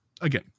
again